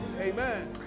amen